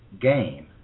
game